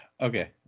okay